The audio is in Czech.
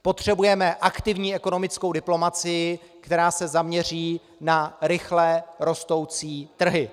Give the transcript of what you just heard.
Potřebujeme aktivní ekonomickou diplomacii, která se zaměří na rychle rostoucí trhy.